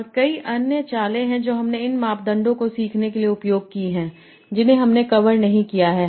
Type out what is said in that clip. और कई अन्य चालें हैं जो हमने इन मापदंडों को सीखने के लिए उपयोग की हैं जिन्हें हमने कवर नहीं किया है